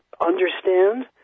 understand